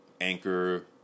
Anchor